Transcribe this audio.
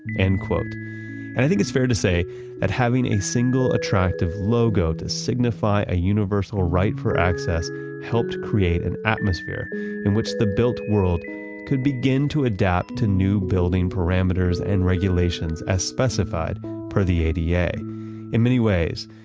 end quote. and i think it's fair to say that having a single attractive logo to signify a universal right for access helped create an atmosphere in which the built world could begin to adapt to new building parameters and regulations, as specified per the ada. yeah in many ways,